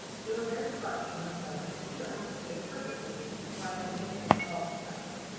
they were very harsh and unpleasant and peter understood perfectly why their maker is called the catbird.